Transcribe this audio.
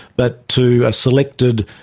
but to a selected